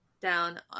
down